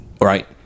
Right